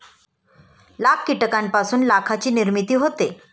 लाख कीटकांपासून लाखाची निर्मिती होते